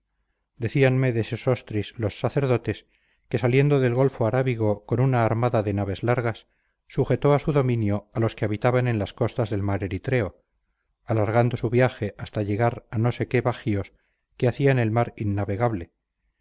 decíanme de sesostris los sacerdotes que saliendo del golfo arábigo con una armada de naves largas sujetó a su dominio a los que habitaban en las costas del mar eritreo alargando su viaje hasta llegar a no sé qué bajíos que hacían el mar innavegable